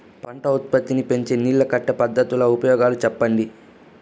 పంట ఉత్పత్తి నీ పెంచే నీళ్లు కట్టే పద్ధతుల ఉపయోగాలు చెప్పండి?